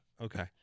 Okay